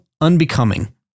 unbecoming